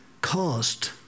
caused